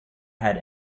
had